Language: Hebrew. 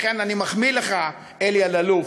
לכן אני מחמיא לך, אלי אלאלוף.